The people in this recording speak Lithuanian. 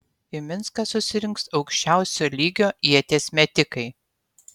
į minską susirinks aukščiausio lygio ieties metikai